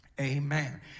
Amen